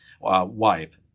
wife